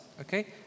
Okay